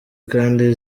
kandi